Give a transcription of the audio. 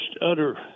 utter